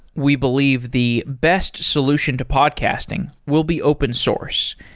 we believe the best solution to podcasting will be open source.